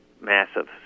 massive